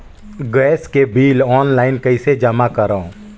Gas के bill online कइसे जमा करव?